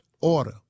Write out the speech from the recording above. order